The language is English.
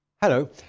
Hello